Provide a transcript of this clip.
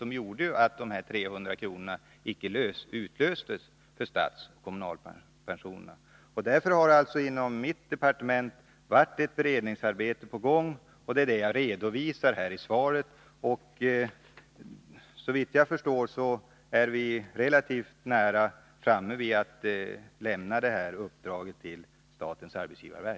Detta medförde att de 300 kronorna inte utlöstes för statsoch kommunalpensionärerna. Därför har det inom mitt departement gjorts ett beredningsarbete, och det är det jag redovisar i svaret. Såvitt jag förstår kommer vi relativt snart att ge statens arbetsgivarverk det uppdrag jag talat om i svaret.